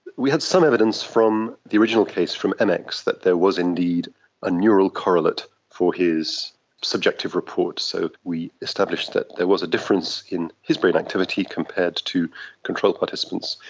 we had some evidence from the original case, from mx, that there was indeed a neural correlate for his subjective reports. so we established that there was a difference in his brain activity compared to control participants.